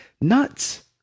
nuts